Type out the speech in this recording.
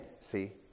see